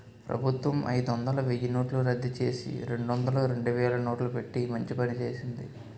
ప్రభుత్వం అయిదొందలు, వెయ్యినోట్లు రద్దుచేసి, రెండొందలు, రెండువేలు నోట్లు పెట్టి మంచి పని చేసింది